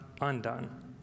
undone